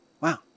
Wow